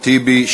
טיבי?